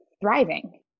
thriving